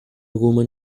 woman